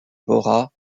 bora